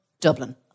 Dublin